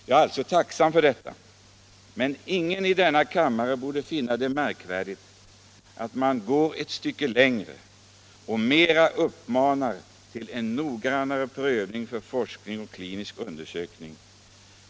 Jag är alltså tacksam för detta, men ingen i denna kammare borde finna det märkvärdigt att jag går ett stycke längre och uppmanar till en noggrannare prövning genom forskning och klinisk undersökning.